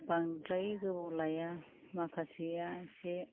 बांद्राय गोबाव लाया माखासेया एसे